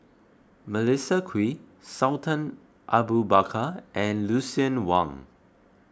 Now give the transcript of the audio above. Melissa Kwee Sultan Abu Bakar and Lucien Wang